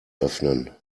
öffnen